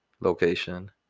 location